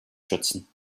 schützen